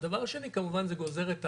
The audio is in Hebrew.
הדבר השני, כמובן זה גוזר את העלויות.